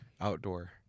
outdoor